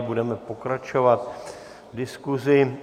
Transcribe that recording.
Budeme pokračovat v diskusi.